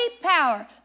power